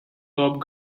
top